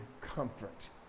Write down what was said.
comfort